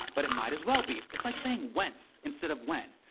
but it might as well be. it's like saying whence instead of when.